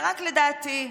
ורק לדעתי,